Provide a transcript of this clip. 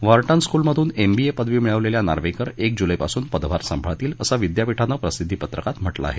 Wharton स्कूलमधून िबी प्रदवी मिळवलेल्या नार्वेकर क्रि जुलैपासून पदभार सांभाळतील असं विद्यापीठानं प्रसिद्वीपत्रकात म्हटलं आहे